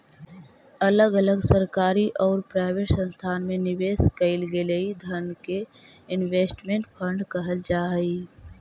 अलग अलग सरकारी औउर प्राइवेट संस्थान में निवेश कईल गेलई धन के इन्वेस्टमेंट फंड कहल जा हई